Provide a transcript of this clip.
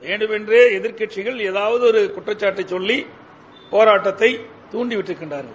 வேண்டுமென்றே எதிர்க்கட்சிகள் எதாவது ஒரு குற்றச்காட்டை சொல்லி போராட்டத்தை தாண்டிவிடுகிறார்கள்